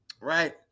right